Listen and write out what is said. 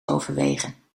overwegen